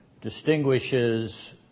distinguishes